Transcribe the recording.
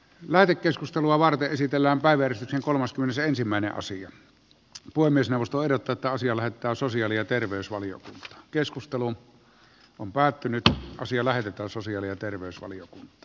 lähetekeskustelua varten esitellään päivä kolmaskymmenesensimmäinen asia voi myös nostaa jotta taisi aloittaa sosiaali ja terveysvalio keskustelu on päättynyt ja asia lähetetään sosiaali ja terveysvalion